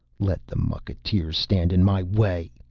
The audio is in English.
let the mucketeers stand in my way,